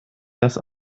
dass